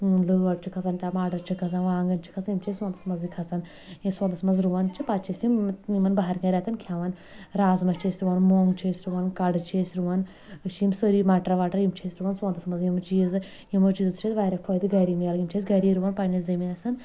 لٲر چھِ کھسان ٹماٹر چھِ کھسان وانگن چھِ کھسان یِم چھِ اسہِ کھسان سونتس منٛزے کھسان یِم سونتس منٛز رُوان چھِ پتہٕ چھِ أسۍ یِم یِمن بہار کین رٮ۪تن کھٮ۪وان رازما چھِ أسۍ رُوان مونٛگ چھِ أسۍ رُوان کڈٕ چھِ أسۍ رُوان أسۍ چھِ یِم سٲری مٹر وٹر یِم چھِ أسۍ رُوان سونتس منٛزے یِم چیٖز یِمو چیٖزو سۭتۍ چھ اسہِ واریاہ فٲیدٕ گری میلن یِم چھِ أسۍ گری رُوان پننس زٔمیٖنسن